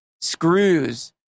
screws